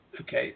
okay